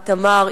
איתמר,